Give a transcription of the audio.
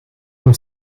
een